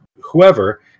whoever